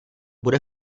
bude